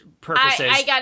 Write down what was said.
purposes